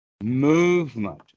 Movement